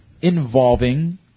involving